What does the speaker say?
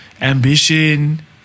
Ambition